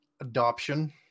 adoption